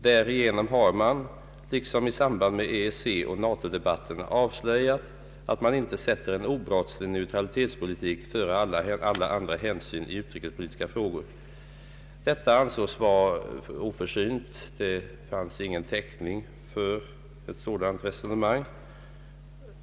Därigenom har man liksom i samband med EEC och NATO-debatterna avslöjat att man inte sätter en obrottslig neutralitetspolitik före alla andra hänsyn i utrikespolitiska frågor.” Detta uttalande ansågs vara oförsynt — det fanns ingen täckning för ett sådant resonemang.